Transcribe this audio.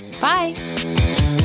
Bye